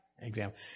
Example